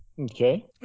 Okay